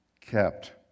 kept